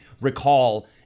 recall